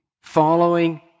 following